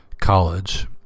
college